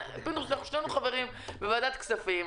פינדרוס, שנינו חברים בוועדת הכספים.